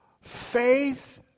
Faith